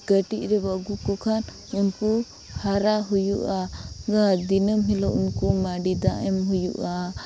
ᱠᱟᱹᱴᱤᱡ ᱨᱮᱵᱚ ᱟᱹᱜᱩ ᱠᱚᱠᱷᱟᱱ ᱩᱱᱠᱩ ᱦᱟᱨᱟ ᱦᱩᱭᱩᱜᱼᱟ ᱜᱟ ᱫᱤᱱᱟᱹᱢ ᱦᱤᱞᱳᱜ ᱩᱝᱠᱩ ᱢᱟᱹᱰᱤ ᱫᱟᱜ ᱮᱢ ᱦᱩᱭᱩᱜᱼᱟ